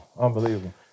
unbelievable